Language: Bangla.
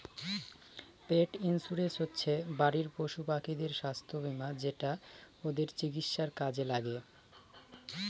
পেট ইন্সুরেন্স হচ্ছে বাড়ির পশুপাখিদের স্বাস্থ্য বীমা যেটা ওদের চিকিৎসার কাজে লাগে